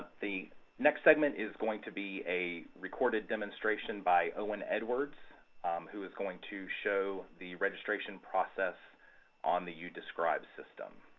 the next segment is going to be a regarded demonstration by owen edwards who is going to show the registration process on the youdescribe system.